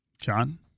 John